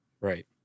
Right